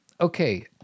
Okay